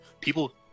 people